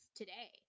today